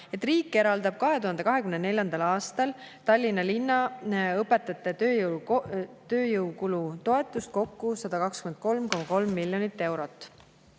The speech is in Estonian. et riik eraldab 2024. aastal Tallinna linna õpetajate tööjõukulutoetuseks kokku 123,3 miljonit eurot.